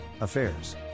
affairs